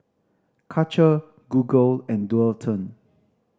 Karcher Google and Dualtron